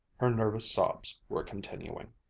her nervous sobs were continuing.